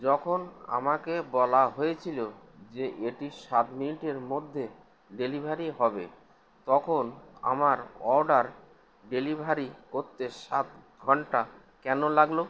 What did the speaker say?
যখন আমাকে বলা হয়েছিলো যে এটি সাত মিনিটের মধ্যে ডেলিভারি হবে তখন আমার অর্ডার ডেলিভারি করতে সাত ঘন্টা কেন লাগলো